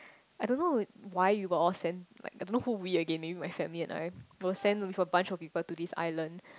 I don't know why we were all sent like I don't know who we again maybe my family and I were sent with a bunch of people to this island